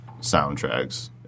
soundtracks